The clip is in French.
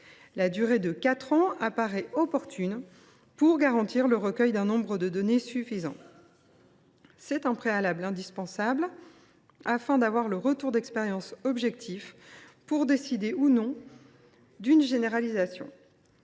La durée de quatre ans apparaît opportune pour garantir le recueil d’un nombre de données suffisant. C’est un préalable indispensable, afin d’avoir le retour d’expérience objectif pour décider ou non d’une généralisation.